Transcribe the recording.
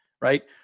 right